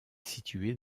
située